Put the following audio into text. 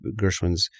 Gershwins